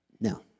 No